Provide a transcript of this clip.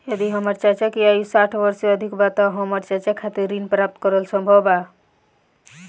यदि हमर चाचा की आयु साठ वर्ष से अधिक बा त का हमर चाचा खातिर ऋण प्राप्त करल संभव बा